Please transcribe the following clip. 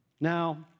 Now